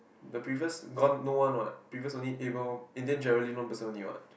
the previous gone no one what previous only able in then Jareline one person only what